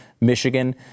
Michigan